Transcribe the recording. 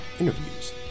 Interviews